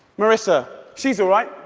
marissa, she's all right,